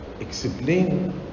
explain